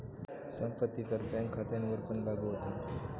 संपत्ती कर बँक खात्यांवरपण लागू होता